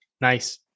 nice